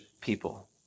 people